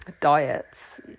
diets